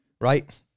right